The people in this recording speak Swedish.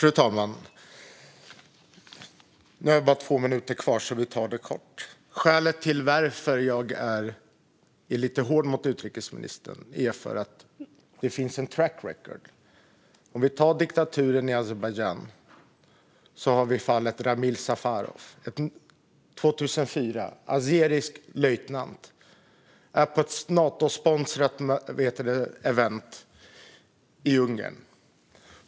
Fru talman! Skälet till att jag är lite hård mot utrikesministern är att det finns ett track record. När det gäller diktaturen i Azerbajdzjan finns fallet Ramil Safarov från 2004, en azerisk löjtnant som deltog i ett Natosponsrat event i Ungern.